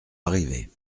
arrivé